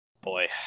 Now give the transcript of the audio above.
Boy